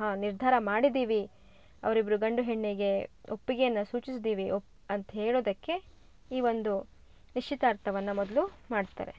ಹಾಂ ನಿರ್ಧಾರ ಮಾಡಿದ್ದೀವಿ ಅವ್ರಿಬ್ಬರು ಗಂಡು ಹೆಣ್ಣಿಗೆ ಒಪ್ಪಿಗೆಯನ್ನ ಸೂಚಿಸಿದ್ದಿವಿ ಒಪ್ ಅಂತ ಹೇಳೋದಕ್ಕೆ ಈ ಒಂದು ನಿಶ್ಚಿತಾರ್ಥವನ್ನ ಮೊದಲು ಮಾಡ್ತಾರೆ